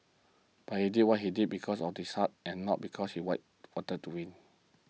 but he did what he did because of this heart and not because he wide wanted to win